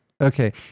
Okay